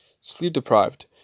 sleep-deprived